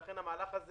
לfן למהלך הזה